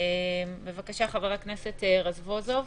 בבקשה, חבר הכנסת רזבוזוב.